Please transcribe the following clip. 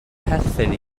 perthyn